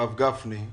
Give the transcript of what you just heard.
הרב גפני,